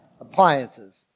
appliances